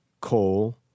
coal